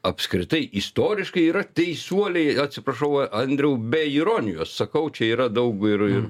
apskritai istoriškai yra teisuoliai atsiprašau andriau be ironijos sakau čia yra daug ir ir